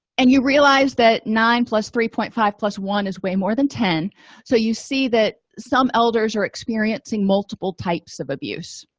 and you realize that nine plus three point five plus one is way more than ten so you see that some elders are experiencing multiple types of abuse